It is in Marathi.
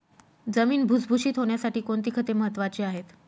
जमीन भुसभुशीत होण्यासाठी कोणती खते महत्वाची आहेत?